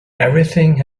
everything